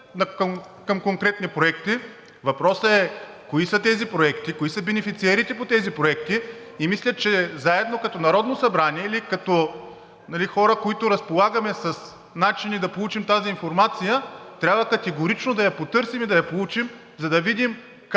към конкретни проекти. Въпросът е кои са тези проекти, кои са бенефициентите по тези проекти? И мисля, че заедно, като Народно събрание, или като хора, които разполагаме с начини да получим тази информация, трябва категорично да я потърсим и да я получим, за да видим как